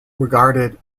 regarded